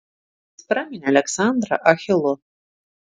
jis praminė aleksandrą achilu